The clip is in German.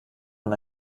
man